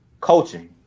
coaching